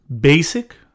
basic